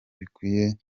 bikwiye